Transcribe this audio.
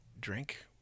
drink